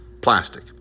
Plastic